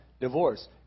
divorce